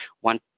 one